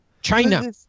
China